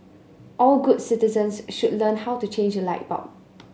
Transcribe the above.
all good citizens should learn how to change a light bulb